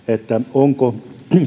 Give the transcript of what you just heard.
onko